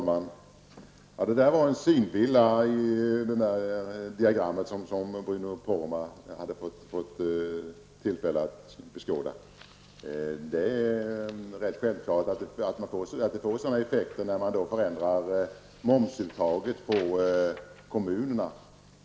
Herr talman! Det diagram som Bruno Poromaa hade fått tillfälle att beskåda måste ha varit en synvilla. Självklart får man sådana effekter när man förändrar momsuttaget på kommunerna.